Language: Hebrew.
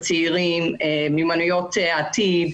לצעירים בתקופה הזו, מקנים להם מיומנויות לעתיד.